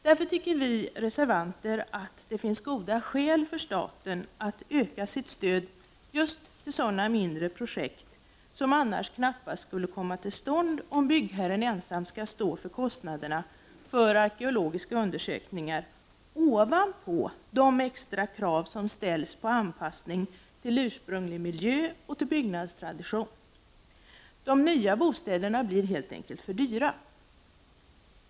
Därför tycker vi reservanter att det finns goda skäl för staten att öka sitt stöd just till sådana mindre projekt, som annars knappast skulle komma till stånd om byggherren ensam skulle stå för kostnaderna för arkeologiska undersökningar ovanpå de extra krav som ställs på anpassning till ursprunglig miljö och byggnadstradition. De nya bostäderna blir helt enkelt för dyra.